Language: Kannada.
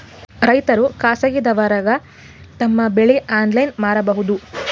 ರೈತರು ಖಾಸಗಿದವರಗೆ ತಮ್ಮ ಬೆಳಿ ಆನ್ಲೈನ್ ಮಾರಬಹುದು?